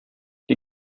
die